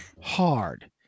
hard